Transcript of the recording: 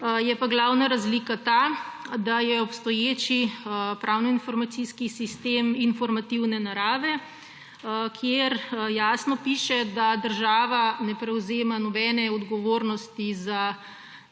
je pa glavna razlika ta, da je obstoječi Pravno-informacijski sistem informativne narave, kjer jasno piše, da država ne prevzema nobene odgovornosti ne